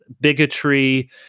bigotry